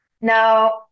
Now